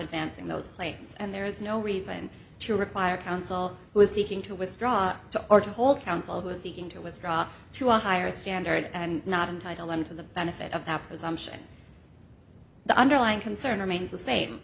advancing those planes and there is no reason to require counsel was leaking to withdraw to or to hold counsel who is seeking to withdraw to a higher standard and not entitle them to the benefit of the opposition the underlying concern remains the same